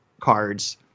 cards